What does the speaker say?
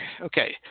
Okay